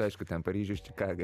aišku ten paryžius čikaga